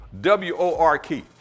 W-O-R-K